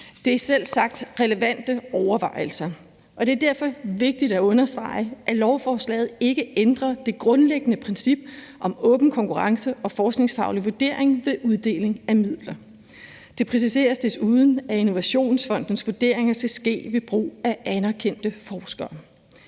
Det er selvsagt relevante overvejelser, og det er derfor vigtigt at understrege, at lovforslaget ikke ændrer det grundlæggende princip om åben konkurrence og forskningsfaglig vurdering ved uddeling af midler. Det præciseres desuden, at Innovationsfondens vurderinger skal ske ved brug af anerkendte forskere.